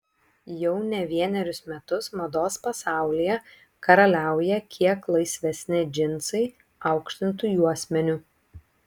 jau ne vienerius metus mados pasaulyje karaliauja kiek laisvesni džinsai aukštintu juosmeniu